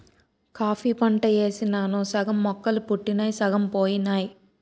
coffee పంట యేసినాను సగం మొక్కలు పుట్టినయ్ సగం పోనాయి